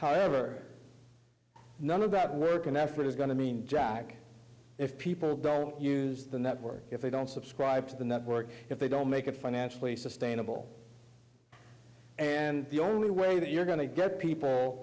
however none of that work and effort is going to mean jack if people don't use the network if they don't subscribe to the network if they don't make it financially sustainable and the only way that you're going to get people